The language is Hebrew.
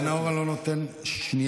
לנאור אני לא נותן שנייה.